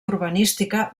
urbanística